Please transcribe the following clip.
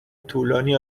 طولانی